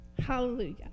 hallelujah